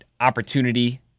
opportunity